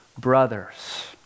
brothers